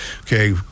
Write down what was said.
Okay